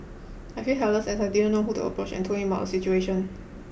I feel helpless as I didn't know who to approach and told him about the situation